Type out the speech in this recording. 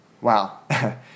Wow